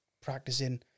practicing